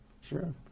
Sure